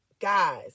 guys